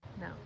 No